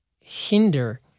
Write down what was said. hinder